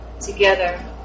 together